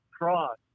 cross